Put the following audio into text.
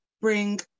bring